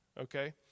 okay